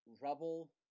rubble